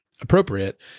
appropriate